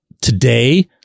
today